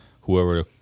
whoever